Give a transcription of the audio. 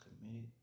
committed